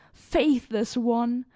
faithless one!